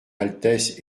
altesse